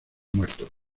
muertos